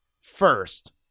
first